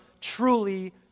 truly